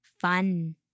fun